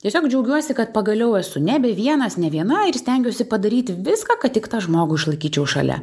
tiesiog džiaugiuosi kad pagaliau esu nebe vienas ne viena ir stengiuosi padaryti viską kad tik tą žmogų išlaikyčiau šalia